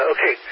Okay